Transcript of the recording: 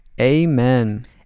Amen